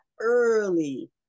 early